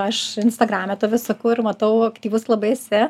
aš instagrame tave seku ir matau aktyvus labai esi